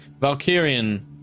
Valkyrian